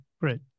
great